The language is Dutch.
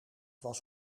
was